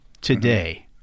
today